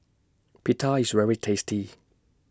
Pita IS very tasty